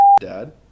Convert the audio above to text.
Dad